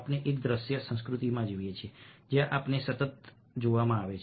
આપણે એક દ્રશ્ય સંસ્કૃતિમાં જીવીએ છીએ જ્યાં આપણને સતત જોવામાં આવે છે